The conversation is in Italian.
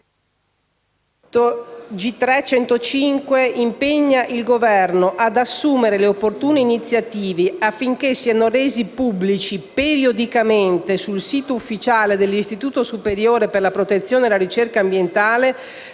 «impegna il Governo ad assumere le opportune iniziative affinché sia reso pubblico periodicamente sul sito ufficiale dell'Istituto superiore per la protezione e la ricerca ambientale